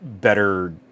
better